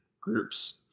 groups